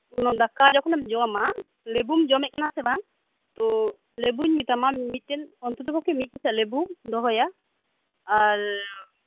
ᱚᱱᱟ ᱫᱟᱠᱟ ᱡᱚᱠᱷᱚᱱᱮᱢ ᱡᱚᱢᱟ ᱞᱮᱵᱩᱢ ᱡᱚᱢᱮᱫᱟ ᱠᱟᱱᱟᱥᱮ ᱵᱟᱝ ᱛᱚ ᱞᱮᱵᱩᱧ ᱢᱮᱛᱟᱢᱟ ᱢᱤᱫᱴᱮᱱ ᱚᱱᱛᱚᱛᱚ ᱯᱚᱠᱷᱮ ᱢᱤᱫᱠᱮᱪᱟᱜ ᱞᱮᱵᱩᱢ ᱫᱚᱦᱚᱭᱟ ᱟᱨ